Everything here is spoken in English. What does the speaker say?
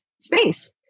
space